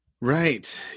Right